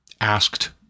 asked